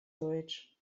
deutsch